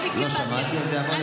ממש לא נכון.